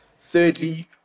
Thirdly